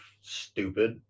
stupid